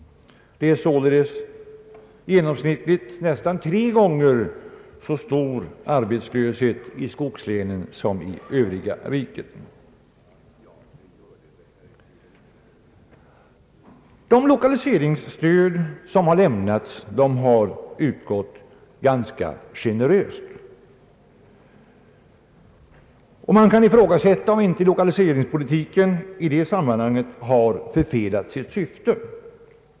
Det är således genomsnittligt nästan tre gånger så stor arbetslöshet i skogslänen som i övriga riket. De lokaliseringsstöd som har lämnats har utgått ganska generöst. Man kan ifrågasätta om inte lokaliseringspolitiken i det sammanhanget har förfelat sitt syfte.